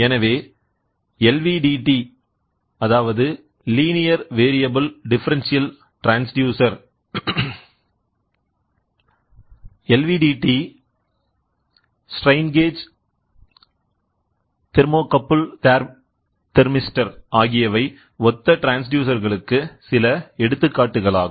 எனவேLVDT strain gauge thermocouple thermistor ஆகியவை ஒத்த transducer களுக்கு சில எடுத்துக்காட்டுகளாகும்